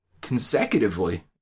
consecutively